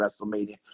WrestleMania